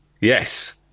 yes